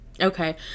Okay